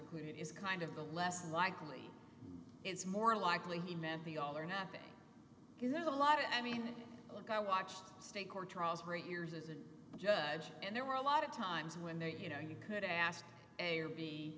included is kind of the less likely it's more likely he meant the all or nothing because there's a lot of i mean look i watched state court trials great years as a judge and there were a lot of times when they you know you could ask a